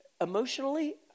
emotionally